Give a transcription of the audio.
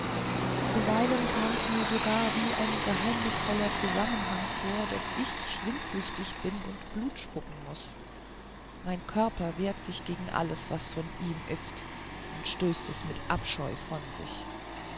zuweilen kommt's mir sogar wie ein geheimnisvoller zusammenhang vor daß ich schwindsüchtig bin und blut spucken muß mein körper wehrt sich gegen alles was von ihm ist und stößt es mit abscheu von sich